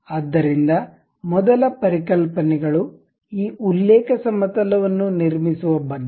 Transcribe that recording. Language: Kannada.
ಆದ್ದರಿಂದ ಮೊದಲ ಪರಿಕಲ್ಪನೆಗಳು ಈ ಉಲ್ಲೇಖ ಸಮತಲ ವನ್ನು ನಿರ್ಮಿಸುವ ಬಗ್ಗೆ